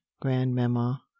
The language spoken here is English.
grandmamma